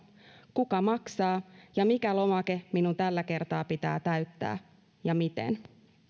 kuka maksaa ja mikä lomake minun tällä kertaa pitää täyttää ja miten